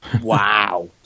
Wow